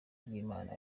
bw’imana